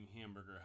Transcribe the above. Hamburger